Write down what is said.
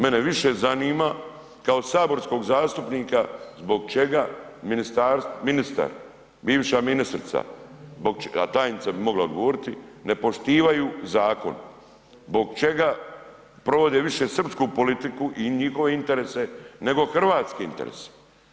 Mene više zanima kao saborskog zastupnika zbog čega ministar, bivša ministrica, a tajnica bi mogla odgovoriti, ne poštivaju zakon, zbog čega provode više srpsku politiku i njihove interese, nego hrvatske interese?